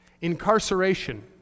Incarceration